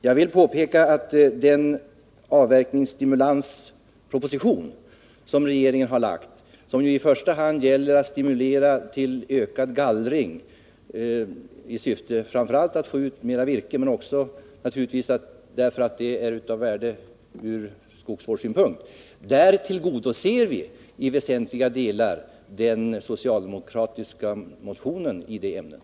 Jag vill påpeka att i den avverkningsstimulansproposition som regeringen har lagt fram, som i första hand gäller att stimulera till ökad gallring framför allt i syfte att få ut mera virke men naturligtvis också är av värde från skogsvårdssynpunkt, så tillgodoser vi i väsentliga delar den socialdemokratiska motionen i det ämnet.